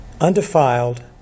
undefiled